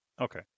okay